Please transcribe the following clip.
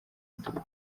maduka